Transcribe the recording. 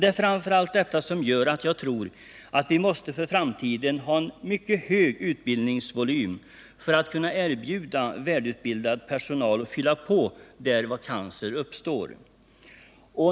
Det är framför allt detta som gör att jag tror att vi i framtiden måste ha en mycket stor utbildningsvolym för att kunna erbjuda välutbildad personal och fylla på där vakanser uppstår.